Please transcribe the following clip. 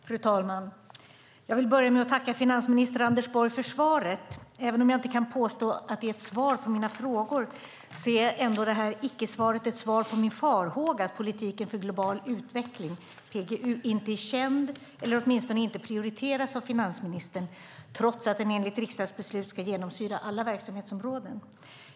Fru talman! Jag vill börja med att tacka finansminister Anders Borg för svaret, även om jag inte kan påstå att det är ett svar på mina frågor. Jag ser detta icke-svar som en bekräftelse på min farhåga att politiken för global utveckling, PGU, inte är känd eller åtminstone inte prioriteras av finansministern, trots att den enligt riksdagsbeslut ska genomsyra alla verksamhetsområden.